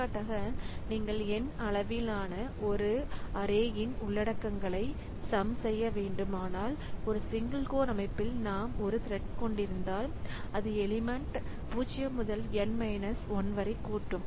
எடுத்துக்காட்டாக நீங்கள் N அளவிலான ஒரு அரேயின் உள்ளடக்கங்களைத் சம் செய்ய வேண்டுமானால் ஒரு சிங்கிள் கோர் அமைப்பில் நாம் ஒரு த்ரெட் கொண்டிருந்தால் அது எலிமெண்ட் 0 முதல் N 1 வரை கூட்டும்